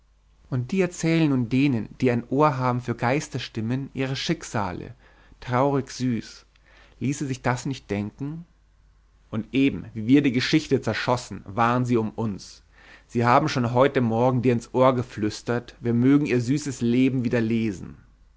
und die erzählen nun denen die ein ohr haben für geisterstimmen ihre schicksale traurig süß ließe sich das nicht denken und eben wie wir die geschichte zerschossen waren sie um uns sie haben schon heute morgen dir ins ohr geflüstert wir möchten ihr süßes leben wieder lesen